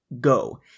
go